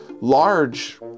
large